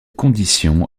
condition